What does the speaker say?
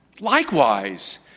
Likewise